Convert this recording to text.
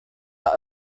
are